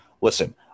listen